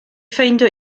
ffeindio